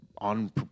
on